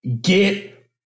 Get